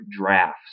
drafts